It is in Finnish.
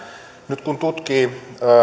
nyt kun tutkii